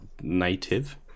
native